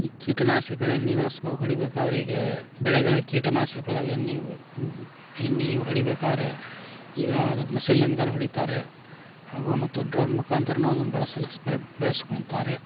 ಈ ಕೀಟನಾಶಕ್ಗಳು ಎಣ್ಣೆ ಬಳಸಿ ಹೊಡಿಬೇಕಾರೆ ಈಗ ಬೆಳೆಗಳ ಕೀಟನಾಶಕ್ಗಳು ಎಣ್ಣೆ ಎಣ್ಣೆ ಹೊಡಿಬೇಕಾದ್ರೆ ಈಗ ಅದು ಮೆಸಿಲ್ಲಿಂದಲೇ ಹೊಡೀತಾರೆ ಹಾಗೂ ಮತ್ತು ಡ್ರೋನ್ ಮುಖಾಂತ್ರನೂ ಅವನ್ನು ಬಳಸಲು ಬಳಸ್ಕೊಳ್ತಾರೆ